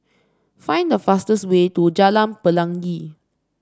find the fastest way to Jalan Pelangi